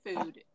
food